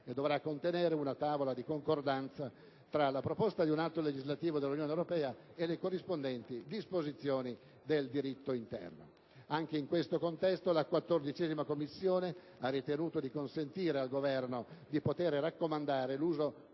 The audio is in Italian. dovrà contenere una tavola di concordanza tra la proposta di atto legislativo dell'Unione europea e le corrispondenti disposizioni del diritto interno. Anche in tale contesto, la 14a Commissione ha ritenuto di consentire al Governo di raccomandare l'uso